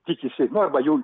tikisi nu arba jau